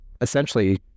essentially